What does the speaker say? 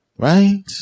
Right